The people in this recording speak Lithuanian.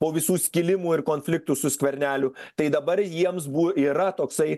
po visų skilimų ir konfliktų su skverneliu tai dabar jiems bu yra toksai